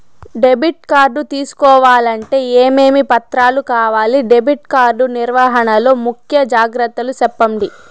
Debit card తీసుకోవాలంటే ఏమేమి పత్రాలు కావాలి? డెబిట్ కార్డు నిర్వహణ లో ముఖ్య జాగ్రత్తలు సెప్పండి?